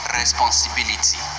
responsibility